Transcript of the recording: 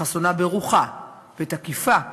חסונה ברוחה ותקיפה באופייה.